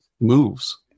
moves